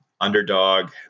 underdog